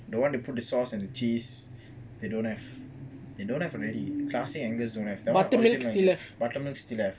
the one they put the sauce and the cheese they don't have they don't have already class angus don't have that [one] original butter milk still have